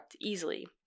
easily